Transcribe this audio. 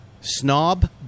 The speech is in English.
Snob